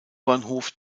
bahnhof